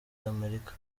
amerika